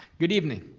good evening.